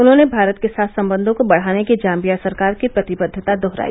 उन्होंने भारत के साथ संबंधों को बढ़ाने की जाम्बिया सरकार की प्रतिबद्धता दोहराई